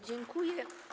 Dziękuję.